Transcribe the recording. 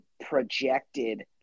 projected